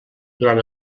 durant